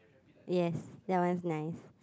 yes that one is nice